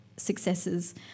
Successes